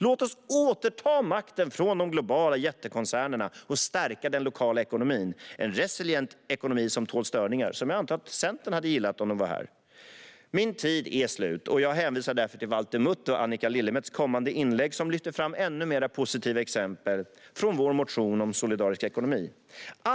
Låt oss återta makten från de globala jättekoncernerna och stärka en lokal och resilient ekonomi som tål störningar, något som jag antar att Centern hade gillat om de var här. Min tid är slut, och jag hänvisar därför till Valter Mutts och Annika Lillemets kommande inlägg som lyfter fram ännu fler positiva exempel från vår motion om solidarisk ekonomi.